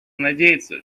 надеяться